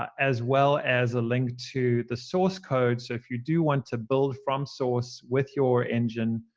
as well as a link to the source code. so if you do want to build from source with your engine,